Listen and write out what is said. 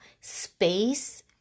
space